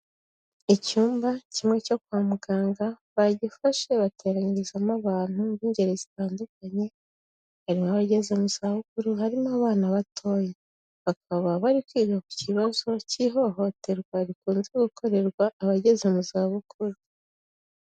Icyumba kimwe cyo kwa muganga bagifashe bateranyirizamo abantu b'ingeri zitandukanye harimo abageze mu zabukuru, harimo abana batoya bakaba bari kwiga ku kibazo cy'ihohoterwa rikunze gukorerwa abageze mu zabukuru.